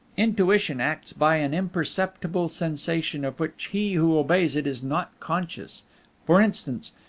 intuition acts by an imperceptible sensation of which he who obeys it is not conscious for instance,